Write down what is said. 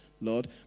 Lord